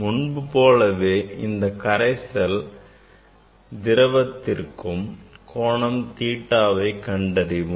முன்பு போலவே இந்த கரைசல் திரவத்திற்கும் கோணம் theta வை கண்டறிவோம்